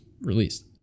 released